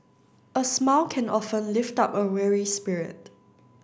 a smile can often lift up a weary spirit